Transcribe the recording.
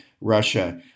Russia